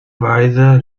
weise